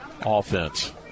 offense